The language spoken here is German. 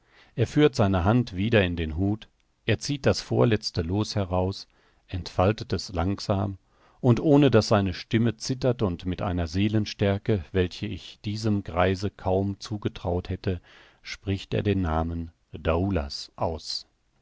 er führt seine hand wieder in den hut er zieht das vorletzte loos heraus entfaltet es langsam und ohne daß seine stimme zittert und mit einer seelenstärke welche ich diesem greise kaum zugetraut hätte spricht er den namen daoulas aus